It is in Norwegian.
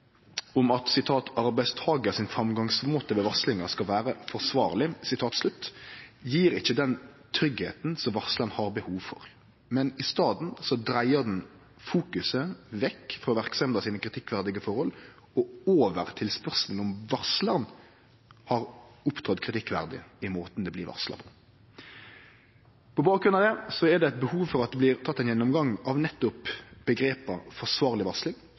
om kritikkverdige forhold i verksemda si. Dagens formulering om at «arbeidstakers fremgangsmåte ved varslingen skal være forsvarlig», gjev ikkje den tryggleiken som varslaren har behov for. I staden dreier ho fokuseringa vekk frå dei kritikkverdige forholda i verksemda og over til spørsmål om varslaren har opptredd kritikkverdig i måten det blir varsla på. På bakgrunn av dette er det eit behov for at det blir teke ein gjennomgang av omgrepa «forsvarleg varsling»